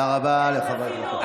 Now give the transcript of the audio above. תודה רבה לחבר הכנסת אחמד טיבי.